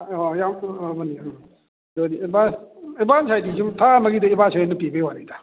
ꯑꯥ ꯌꯥꯝ ꯍꯥꯏꯗꯤ advance advance ꯍꯥꯏꯗꯤ ꯁꯨꯝ ꯊꯥ ꯑꯃꯒꯤꯗ ꯑꯦꯗꯚꯥꯟꯁ ꯑꯣꯏꯅ ꯄꯤꯕꯩ ꯋꯥꯅꯤꯗ